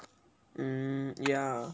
mm ya